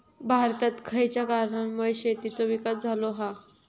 भारतात खयच्या कारणांमुळे शेतीचो विकास झालो हा?